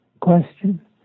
question